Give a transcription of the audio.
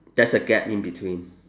there's a gap in between